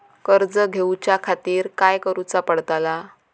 कर्ज घेऊच्या खातीर काय करुचा पडतला?